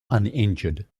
uninjured